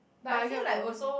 but I get what you mean